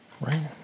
right